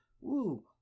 Woo